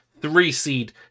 three-seed